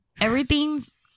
Everything's